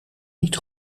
niet